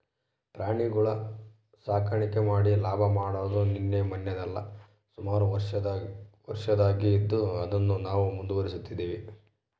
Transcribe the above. ಪ್ರಾಣಿಗುಳ ಸಾಕಾಣಿಕೆ ಮಾಡಿ ಲಾಭ ಮಾಡಾದು ನಿನ್ನೆ ಮನ್ನೆದಲ್ಲ, ಸುಮಾರು ವರ್ಷುದ್ಲಾಸಿ ಇದ್ದು ಅದುನ್ನೇ ನಾವು ಮುಂದುವರಿಸ್ತದಿವಿ